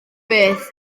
beth